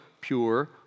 pure